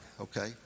okay